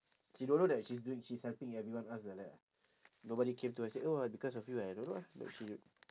she don't know that she's doing she's helping everyone us like that ah nobody came to her and say oh because of you I don't know lah but she